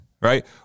right